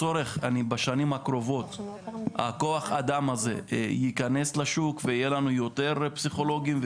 בשנים הקרובות כוח האדם הזה ייכנס לשוק ויהיו לנו יותר פסיכולוגים,